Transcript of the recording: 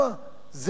זה הנאה,